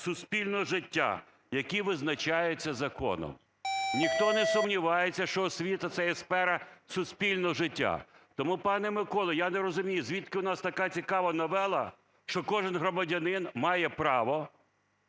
суспільного життя, які визначаються законом. Ніхто не сумнівається, що освіта – це є сфера суспільного життя. Тому, пане Миколо, я не розумію, звідки у нас така цікава новела, що кожен громадянин має право,